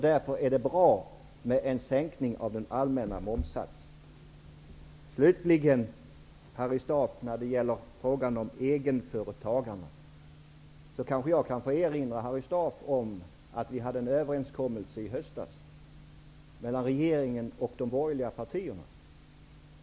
Därför är det bra med en sänkning av den allmänna momssatsen. Slutligen har vi frågan om egenföretagarna. Jag kan kanske få erinra Harry Staaf om att det träffades en överenskommelse i höstas mellan regeringen och de borgerliga partierna.